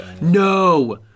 No